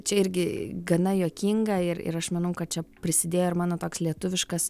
čia irgi gana juokinga ir ir aš manau kad čia prisidėjo ir mano pats lietuviškas